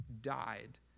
died